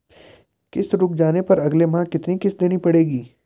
किश्त रुक जाने पर अगले माह कितनी किश्त देनी पड़ेगी?